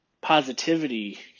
positivity